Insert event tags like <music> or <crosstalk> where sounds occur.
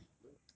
no <noise>